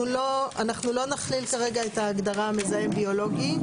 אנחנו לא נכליל כרגע את ההגדרה "מזהם ביולוגי",